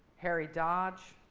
harry dodge.